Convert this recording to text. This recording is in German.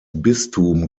bistum